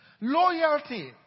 Loyalty